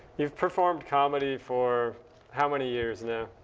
you've performed comedy for how many years now?